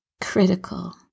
critical